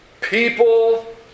people